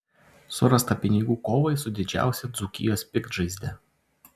surasta pinigų kovai su didžiausia dzūkijos piktžaizde